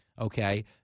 Okay